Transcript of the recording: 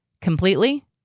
completely